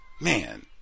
man